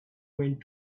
point